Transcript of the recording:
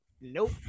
nope